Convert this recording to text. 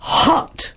hot